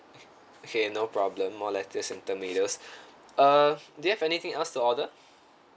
okay no problem more lettuce and tomatoes uh do you have anything else to order